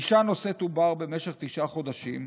אישה נושאת עובר במשך תשעה חודשים,